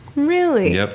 really? ah